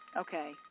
Okay